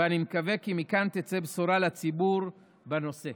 ואני מקווה כי מכאן תצא בשורה לציבור בנושא.